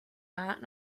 rat